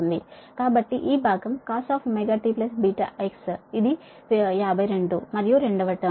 కాబట్టి ఈ భాగం cos ωt βx ఇది 52 మరియు రెండవ టర్మ్